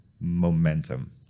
momentum